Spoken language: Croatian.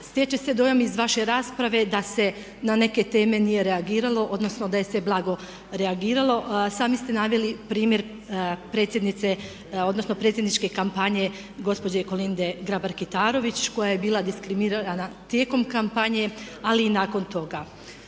Stječe se dojam iz vaše rasprave da se na neke teme nije reagiralo, odnosno da se blago reagiralo. Sami ste naveli primjer predsjednice, odnosno predsjedničke kampanje gospođe Kolinde Grabar Kitarović koja je bila diskriminirana tijekom kampanje, ali i nakon toga.